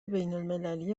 بینالمللی